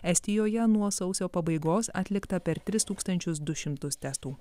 estijoje nuo sausio pabaigos atlikta per tris tūkstančius du šimtus testų